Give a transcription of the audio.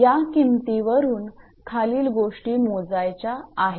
या किमतीवरून खालील गोष्टी मोजायच्या आहेत